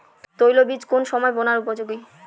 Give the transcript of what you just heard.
তৈল বীজ কোন সময় বোনার উপযোগী?